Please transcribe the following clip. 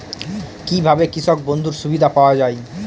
কি ভাবে কৃষক বন্ধুর সুবিধা পাওয়া য়ায়?